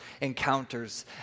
encounters